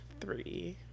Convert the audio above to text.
three